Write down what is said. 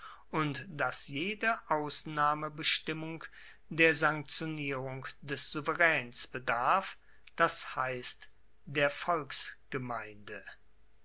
und dass jede ausnahmebestimmung der sanktionierung des souveraens bedarf das heisst der